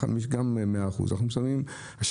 לכן יש גם 100%. אנחנו משלמים אגרת